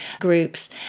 groups